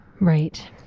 right